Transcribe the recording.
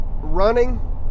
running